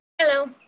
Hello